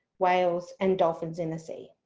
whales and dolphins in the sea.